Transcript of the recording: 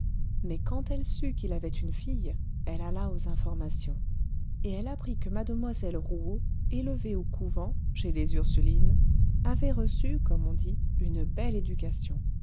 mais quand elle sut qu'il avait une fille elle alla aux informations et elle apprit que mademoiselle rouault élevée au couvent chez les ursulines avait reçu comme on dit une belle éducation